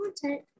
content